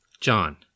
John